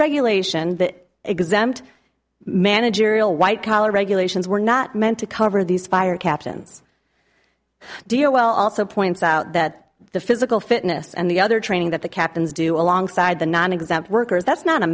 regulation that exempt managerial white collar regulations were not meant to cover these fire captains dia well also points out that the physical fitness and the other training that the captains do alongside the nonexempt workers that's not a